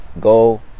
go